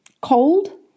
cold